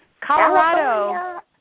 Colorado